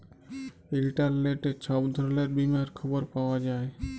ইলটারলেটে ছব ধরলের বীমার খবর পাউয়া যায়